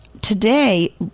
today